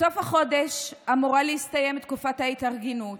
בסוף החודש אמורה להסתיים תקופת ההתארגנות